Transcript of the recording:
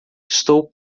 estou